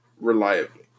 reliably